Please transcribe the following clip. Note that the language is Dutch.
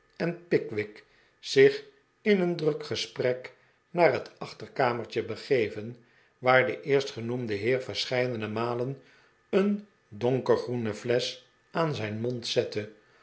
en pickwick zich in een druk gesprek naar het achterkamertje begeven waar de eerstgenoemde heer verscheidene malen een donkergroene flesch aan zijn mond zette